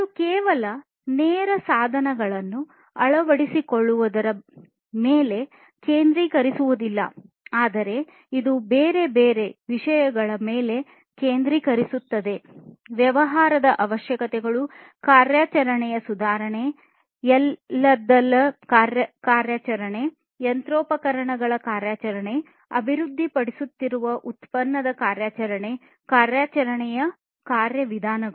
ಇದು ಕೇವಲ ನೇರ ಸಾಧನಗಳನ್ನು ಅಳವಡಿಸಿಕೊಳ್ಳುವುದರ ಮೇಲೆ ಕೇಂದ್ರೀಕರಿಸುವುದಿಲ್ಲ ಆದರೆ ಇದು ಬೇರೆ ಬೇರೆ ವಿಷಯಗಳ ಮೇಲೆ ಕೇಂದ್ರೀಕರಿಸುತ್ತದೆ ವ್ಯವಹಾರದ ಅವಶ್ಯಕತೆಗಳು ಕಾರ್ಯಾಚರಣೆಯ ಸುಧಾರಣೆ ಎಲ್ಲದರ ಕಾರ್ಯಾಚರಣೆ ಯಂತ್ರೋಪಕರಣಗಳ ಕಾರ್ಯಾಚರಣೆ ಅಭಿವೃದ್ಧಿಪಡಿಸುತ್ತಿರುವ ಉತ್ಪನ್ನದ ಕಾರ್ಯಾಚರಣೆ ಕಾರ್ಯಾಚರಣೆ ಕಾರ್ಯವಿಧಾನಗಳು